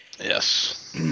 Yes